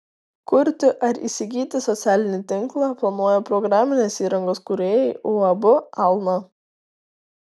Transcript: kurti ar įsigyti socialinį tinklą planuoja programinės įrangos kūrėjai uab alna